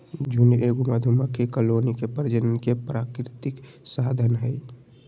झुंड एगो मधुमक्खी कॉलोनी के प्रजनन के प्राकृतिक साधन हइ